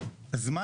זמן